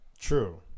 true